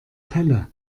pelle